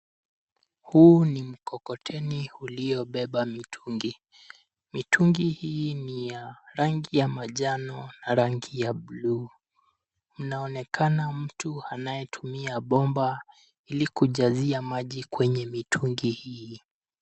Huu ni mkokoteni uliobeba mitungi mitungi hii ni ya rangi ya manjano na rangi ya bluu. mnaonekana mtu anayetumia bomba ili kujazia maji kwenye mitungi hii